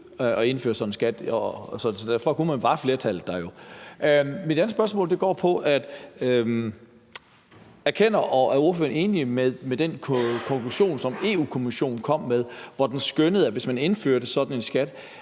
at indføre sådan en skat, så derfor var flertallet der jo. Mit andet spørgsmål går på: Erkender og er ordføreren enig i den konklusion, som Europa-Kommissionen kom med, hvor den skønnede, at hvis man indførte sådan en skat,